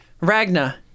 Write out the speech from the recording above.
Ragna